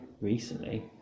recently